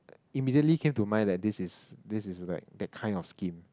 immediately came to mind that this is this is like that kind of scheme